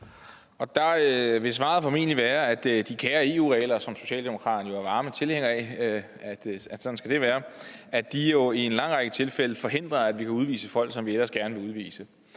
Der vil svaret formentlig være, at de kære EU-regler, som socialdemokraterne jo er varme tilhængere af – sådan skal det være – jo i en lang række tilfælde forhindrer, at vi kan udvise folk, som vi ellers gerne vil udvise.